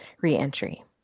re-entry